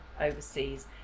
overseas